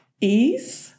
ease